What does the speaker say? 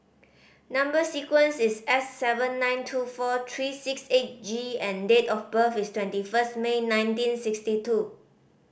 number sequence is S seven nine two four three six eight G and date of birth is twenty first May nineteen sixty two